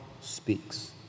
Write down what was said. speaks